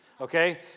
okay